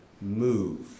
move